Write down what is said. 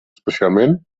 especialment